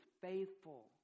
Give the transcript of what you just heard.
faithful